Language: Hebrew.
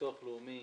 הביטוח הלאומי